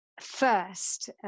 first